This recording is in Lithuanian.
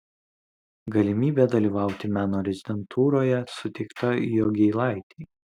galimybė dalyvauti meno rezidentūroje suteikta jogėlaitei